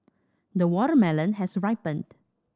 the watermelon has ripened